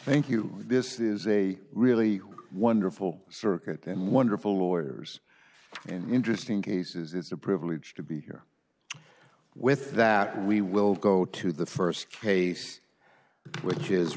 thank you this is a really wonderful circuit and wonderful lawyers and interesting cases it's a privilege to be here with that we will go to the st case which is